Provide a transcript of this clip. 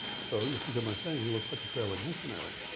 so, you'll forgive my saying, he looks like a trailing missionary.